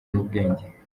n’ubwenge